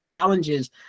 challenges